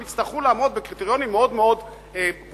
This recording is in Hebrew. הם יצטרכו לעמוד בקריטריונים מאוד מאוד ברורים,